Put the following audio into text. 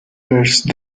verse